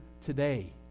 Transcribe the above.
today